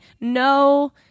No